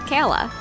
Kayla